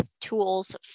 tools